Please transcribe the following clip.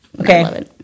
Okay